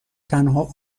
تنها